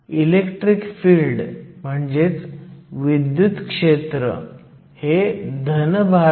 म्हणून पुन्हा एकदा येथे सर्व काही माहित आहे आपण फक्त बिल्ट इन पोटेन्शियल Vo मोजू शकतो